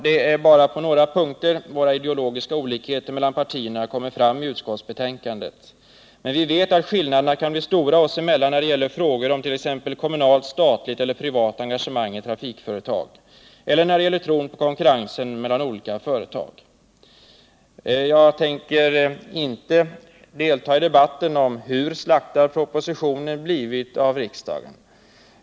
Det är bara på några punkter våra ideologiska olikheter mellan partierna kommit fram i utskottsbetänkandet. Men vi vet att skillnaderna kan bli stora oss emellan när det gäller frågor om t.ex. kommunalt, statligt eller privat engagemang i trafikföretag. Eller när det gäller tron på konkurrensen mellan olika företag. Jag tänker inte delta i debatten om hur slaktad propositionen blivit av riksdagen.